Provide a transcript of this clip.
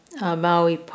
Maui